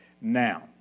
Now